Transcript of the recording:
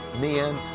men